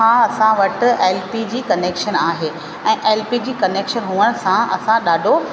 हा असां वटि एल पी जी कनेक्शन आहे ऐं एल पी जी कनेक्शन हुअण सां असां ॾाढो